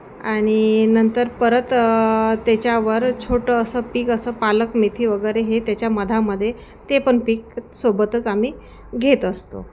आणि नंतर परत त्याच्यावर छोटं असं पीक असं पालक मेथी वगैरे हे त्याच्या मधा मध्ये ते पण पीक सोबतच आम्ही घेत असतो